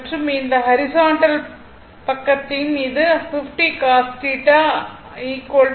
மற்றும் இந்த ஹாரிசாண்டல் பக்கத்தின் இது 50 cos θ r 52